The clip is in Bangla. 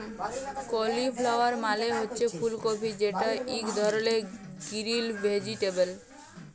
কালিফ্লাওয়ার মালে হছে ফুল কফি যেট ইক ধরলের গ্রিল ভেজিটেবল